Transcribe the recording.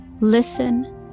listen